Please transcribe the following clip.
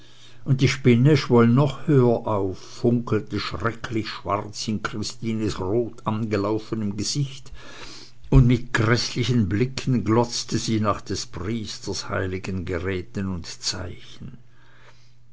und die spinne schwoll noch höher auf funkelte schrecklich schwarz in christines rot angelaufenem gesichte und mit gräßlichen blicken glotzte sie nach des priesters heiligen geräten und zeichen